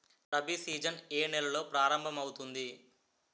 Rabi season ఏ నెలలో ప్రారంభమౌతుంది?